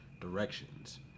directions